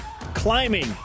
climbing